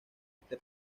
este